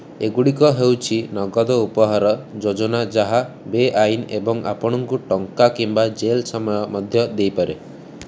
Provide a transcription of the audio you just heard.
ଏଗୁଡ଼ିକ ହେଉଛି ନଗଦ ଉପହାର ଯୋଜନା ଯାହା ବେଆଇନ ଏବଂ ଆପଣଙ୍କୁ ଟଙ୍କା କିମ୍ବା ଜେଲ୍ ସମୟ ମଧ୍ୟ ଦେଇପାରେ